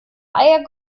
eier